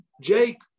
Jake